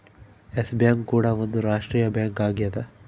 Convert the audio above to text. S bank ಕೂಡ ಒಂದ್ ರಾಷ್ಟ್ರೀಯ ಬ್ಯಾಂಕ್ ಆಗ್ಯದ